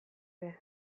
ere